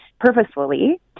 purposefully